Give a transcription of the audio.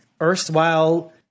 erstwhile